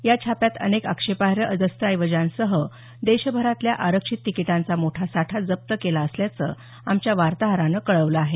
या छाप्यात अनेक आक्षेपार्ह दस्तावेजांसह देशभरातल्या आरक्षित तिकिटांचा मोठा साठा जप्त केला असल्याचं आमच्या वार्ताहरानं कळवलं आहे